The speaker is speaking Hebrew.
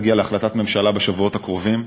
תגיע להחלטת ממשלה בשבועות הקרובים,